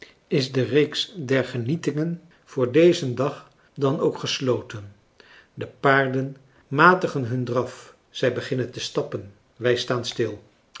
is de reeks der genietingen voor dezen dag dan ook gesloten de paarden matigen hun draf zij beginnen te stappen wij staan stil